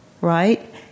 right